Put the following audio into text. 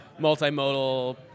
multimodal